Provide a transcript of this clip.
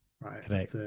right